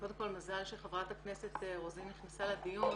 קודם כל מזל שחברת הכנסת רוזין נכנסה לדיון.